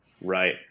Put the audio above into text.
right